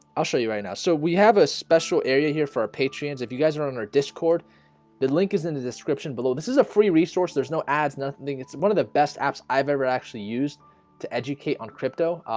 i'll show you right now so we have a special area here for our patreon so if you guys aren't on our discord the link is in the description below. this is a free resource. there's no ads nothing. it's one of the best apps i've ever actually used to educate on crypto.